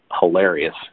hilarious